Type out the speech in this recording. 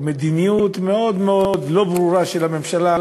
מדיניות מאוד מאוד לא ברורה של הממשלה,